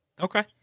okay